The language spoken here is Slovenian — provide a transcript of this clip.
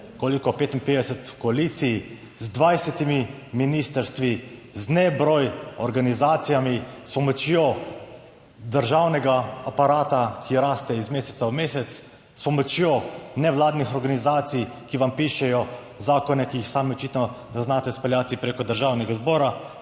koliko, 55 v koaliciji z 20 ministrstvi, z nebroj organizacijami, s pomočjo državnega aparata, ki raste iz meseca v mesec, s pomočjo nevladnih organizacij, ki vam pišejo zakone, ki jih sami očitno ne znate izpeljati preko Državnega zbora.